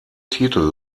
titel